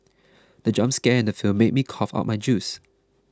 the jump scare in the film made me cough out my juice